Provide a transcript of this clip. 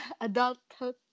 adulthood